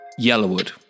Yellowwood